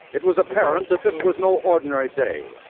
it was apparent that this was no ordinary day.